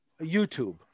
YouTube